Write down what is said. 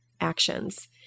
actions